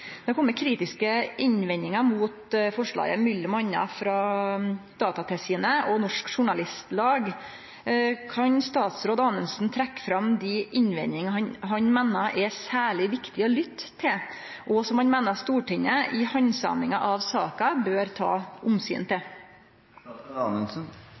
Det har kome kritiske innvendingar mot forslaget, m.a. frå Datatilsynet og Norsk Journalistlag. Kan statsråd Anundsen trekkje fram dei innvendingane han meiner er særleg viktige å lytte til, og som han meiner Stortinget i handsaminga av saka bør ta omsyn